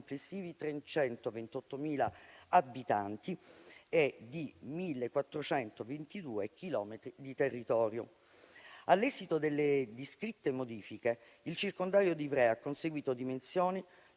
complessivi 328.000 abitanti e di 1.422 chilometri di territorio. All'esito delle descritte modifiche, il circondario di Ivrea ha conseguito dimensioni